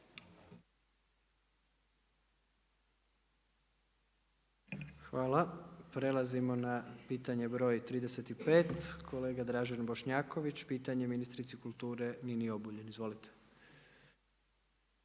Hvala. Prelazimo na pitanje broj 35. Kolega Dražen Bošnjaković, pitanje ministrici kulture Nini Obuljen. Izvolite.